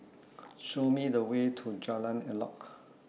Show Me The Way to Jalan Elok